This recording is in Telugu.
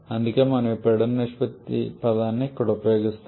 అందుకే మనము ఈ పీడన నిష్పత్తి పదాన్ని ఇక్కడ ఉపయోగిస్తున్నాము